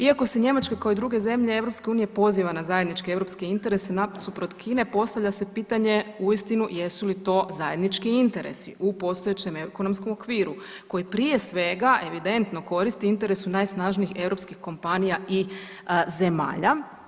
Iako se Njemačka kao i druge zemlje EU poziva na zajedničke europske interese nasuprot Kine postavlja se pitanje uistinu jesu li to zajednički interesi u postojećem ekonomskom okviru koji prije svega evidentno koristi interesu najsnažnijih europskih kompanija i zemalja.